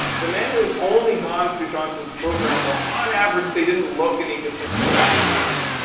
the men who had only gone through johnson's program, well, on average, they didn't look any different from the control group.